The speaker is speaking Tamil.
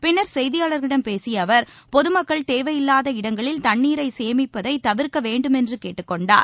பின்னர் செய்தியாளர்களிடம் பேசிய அவர் பொது மக்கள் தேவையில்லாத இடங்களில் தண்ணீரை சேமிப்பதை தவிர்க்க வேண்டுமென்று கேட்டுக் கொண்டார்